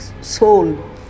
soul